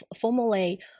formally